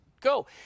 go